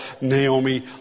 Naomi